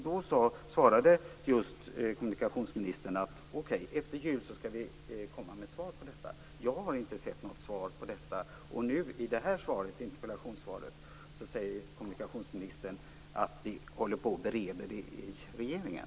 Då svarade kommunikationsministern att man skulle komma med svar på detta efter jul. Jag har inte sett något svar på detta. I interpellationssvaret säger kommunikationsministern att ärendet håller på att beredas i regeringen.